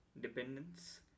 dependence